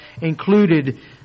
included